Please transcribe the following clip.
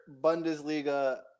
Bundesliga